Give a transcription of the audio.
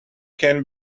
can